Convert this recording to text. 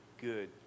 Good